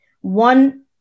One